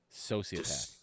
sociopath